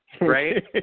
Right